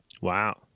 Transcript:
Wow